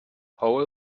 whole